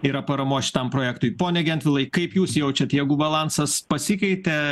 yra paramos šitam projektui pone gentvilai kaip jūs jaučiat jėgų balansas pasikeitė